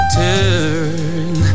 turn